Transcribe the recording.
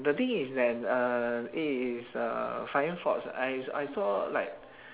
the thing is that uh it is a flying fox I s~ I saw like